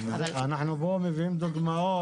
אנחנו פה מביאים דוגמאות.